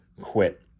quit